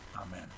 Amen